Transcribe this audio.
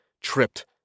tripped